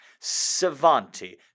Savanti